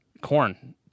corn